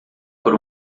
por